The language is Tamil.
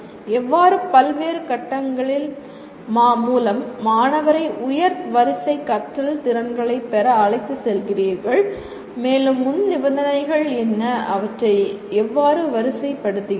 எவ்வாறு பல்வேறு கட்டங்களின் மூலம் மாணவரை உயர் வரிசை கற்றல் திறன்களை பெற அழைத்துச் செல்கிறீர்கள் மேலும் முன்நிபந்தனைகள் என்ன அவற்றை எவ்வாறு வரிசைப்படுத்துகிறீர்கள்